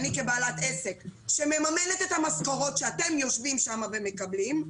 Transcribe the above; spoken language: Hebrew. כבעלת עסק שמממנת את המשכורות שאתם יושבים שם ומקבלים,